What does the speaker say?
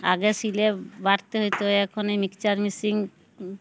আগে সিলে বাড়তে হইতে হয় এখন মিক্সচার মেশিন